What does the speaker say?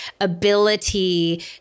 ability